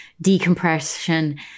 decompression